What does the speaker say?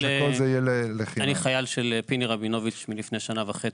אני חייל של פיני רבינוביץ' מלפני שנה וחצי.